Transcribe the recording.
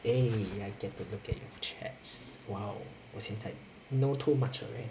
eh I get to look at your chats !wow! what's inside know too much already